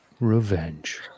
revenge